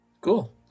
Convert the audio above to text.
Cool